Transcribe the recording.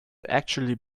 actually